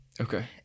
Okay